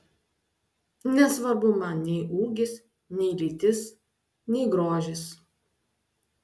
nesvarbu man nei ūgis nei lytis nei grožis